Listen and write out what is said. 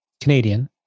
Canadian